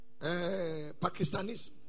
pakistanis